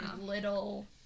little